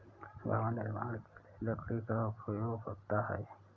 भवन निर्माण के लिए लकड़ी का उपयोग होता है